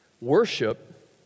Worship